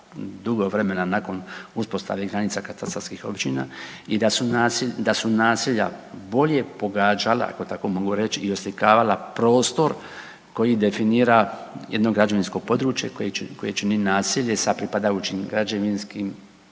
dugo vremena nakon uspostave granica katastarskih općina i da su naselja bolje pogađala, ako tako mogu reć, i oslikavala prostor koji definira jedno građevinsko područje koje čini naselje sa pripadajućim građevinskim